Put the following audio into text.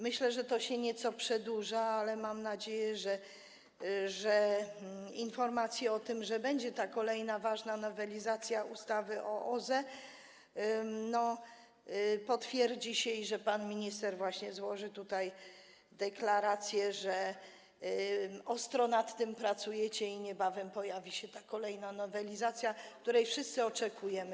Myślę, że to się nieco przedłuża, ale mam nadzieję, że informacja o tym, że będzie ta kolejna ważna nowelizacja ustawy o OZE, potwierdzi się i że pan minister złoży tutaj deklaracje, że ostro nad tym pracujecie, i że niebawem pojawi się ta kolejna nowelizacja, której wszyscy oczekujemy.